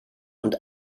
und